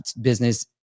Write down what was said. business